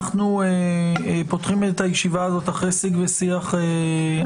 אנחנו פותחים את הישיבה הזאת אחרי שיג ושיח ארוך,